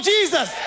Jesus